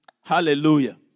Hallelujah